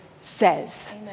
says